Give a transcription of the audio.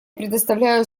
предоставляю